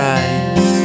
eyes